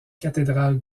cathédrale